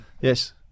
Yes